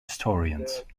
historians